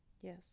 Yes